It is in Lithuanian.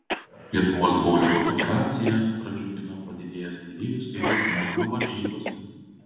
lietuvos boulingo federaciją pradžiugino padidėjęs dalyvių skaičius moterų varžybose